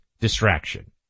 distraction